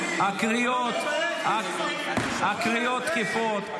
הקריאות תקפות,